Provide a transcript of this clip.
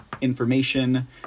information